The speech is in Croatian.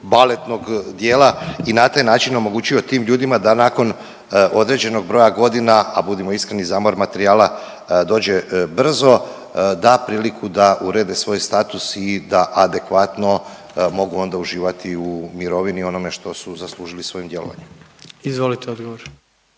baletnog dijela i na taj način omogućio tim ljudima da nakon određenog broja godina, a budimo iskreni zamor materijala dođe brzo, da priliku da urede svoj status i da adekvatno mogu onda uživati u mirovini i onome što su zaslužili svojim djelovanjem. **Jandroković,